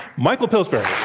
michael pillsbury.